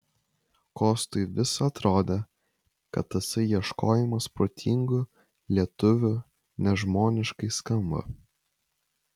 kostui vis atrodė kad tasai ieškojimas protingų lietuvių nežmoniškai skamba